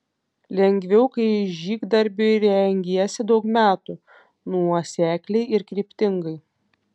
lengviau kai žygdarbiui rengiesi daug metų nuosekliai ir kryptingai